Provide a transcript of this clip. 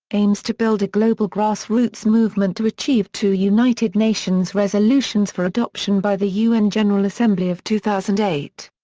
aims to build a global grassroots movement to achieve two united nations resolutions for adoption by the un general assembly of two thousand and eight.